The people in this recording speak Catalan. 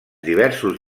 diversos